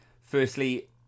Firstly